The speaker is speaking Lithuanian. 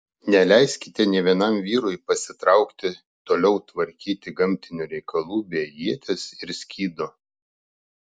neleiskite nė vienam vyrui pasitraukti toliau tvarkyti gamtinių reikalų be ieties ir skydo